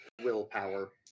willpower